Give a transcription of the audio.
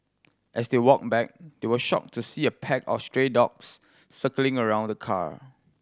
as they walked back they were shocked to see a pack of stray dogs circling around the car